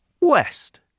West